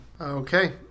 Okay